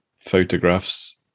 Photographs